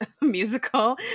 musical